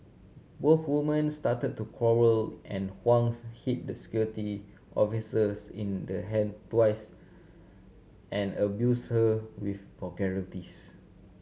both woman started to quarrel and Huang's hit the Security Officers in the hand twice and abuse her with vulgarities